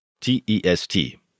T-E-S-T